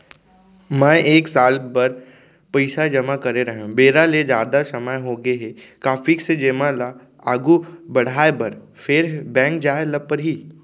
मैं एक साल बर पइसा जेमा करे रहेंव, बेरा ले जादा समय होगे हे का फिक्स जेमा ल आगू बढ़ाये बर फेर बैंक जाय ल परहि?